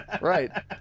Right